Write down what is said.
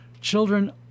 children